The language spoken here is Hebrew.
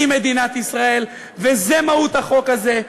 היא מדינת ישראל", וזו מהות החוק הזה.